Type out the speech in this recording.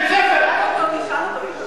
זה התבטאות פרלמנטרית?